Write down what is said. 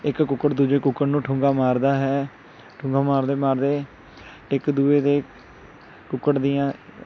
ਇੱਕ ਕੁੱਕੜ ਦੂਜੇ ਕੁੱਕੜ ਨੂੰ ਠੂੰਗਾ ਮਾਰਦਾ ਹੈ ਠੂੰਗਾ ਮਾਰਦੇ ਮਾਰਦੇ ਇੱਕ ਦੂਜੇ ਦੇ ਕੁੱਕੜ ਦੀਆਂ